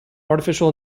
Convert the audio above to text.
artificial